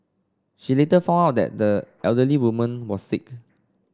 she later found out that the elderly woman was sick